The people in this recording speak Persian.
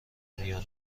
میان